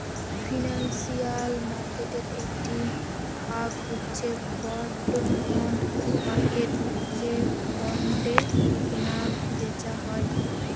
financial মার্কেটের একটি ভাগ হচ্ছে বন্ড মার্কেট যে বন্ডে কেনা বেচা হয়